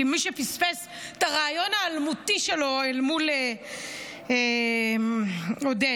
למי שפספס את הריאיון האלמותי שלו עם עודד.